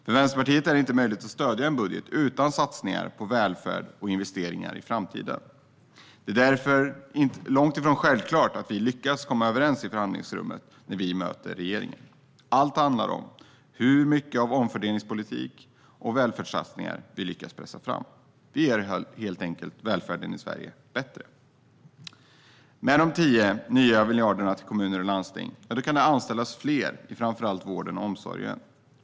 För Vänsterpartiet är det inte möjligt att stödja en budget utan satsningar på välfärden och investeringar i framtiden. Därför är det långt ifrån självklart att vi lyckas komma överens i förhandlingsrummet när vi möter regeringen. Allt handlar om hur mycket av omfördelningspolitik och välfärdssatsningar vi lyckas pressa fram. Vi gör helt enkelt välfärden i Sverige bättre. Med 10 nya miljarder till kommuner och landsting kan man anställa fler i framför allt vården och omsorgen.